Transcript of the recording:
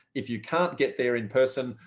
if you can't get there in person,